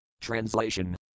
Translation